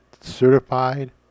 certified